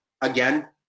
Again